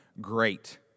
great